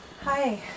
hi